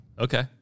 Okay